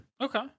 okay